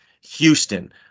Houston